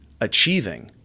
achieving